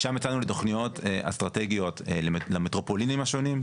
משם יצאנו לתכניות אסטרטגיות למטרופולינים השונים,